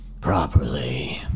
properly